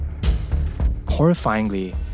Horrifyingly